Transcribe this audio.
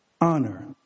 honor